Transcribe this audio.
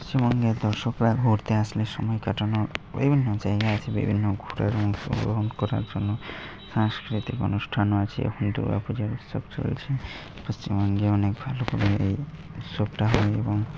পশ্চিমবঙ্গে দর্শকরা ঘুরতে আসলে সময় কাটানোর বিভিন্ন জায়গা আছে বিভিন্ন ঘুরের অংশগ্রহণ করার জন্য সাংস্কৃতিক অনুষ্ঠানও আছে এখন দুর্গাাপূজার উৎসব চলছে পশ্চিমবঙ্গে অনেক ভালো করে এই উৎসবটা হয় এবং